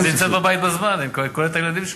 אז היא נמצאת בבית בזמן ומקבלת את הילדים שלה.